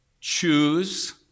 choose